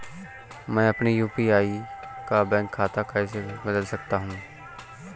मैं अपने यू.पी.आई का बैंक खाता कैसे बदल सकता हूँ?